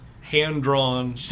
hand-drawn